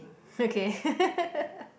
okay